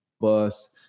bus